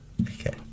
Okay